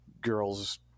girls